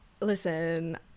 listen